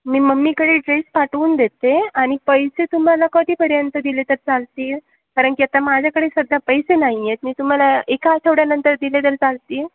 मी मम्मीकडे ड्रेस पाठवून देते आणि पैसे तुम्हाला कधीपर्यंत दिले तर चालतील कारण की आता माझ्याकडे सध्या पैसे नाही आहेत मी तुम्हाला एका आठवड्यानंतर दिले तर चालतील